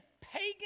pagan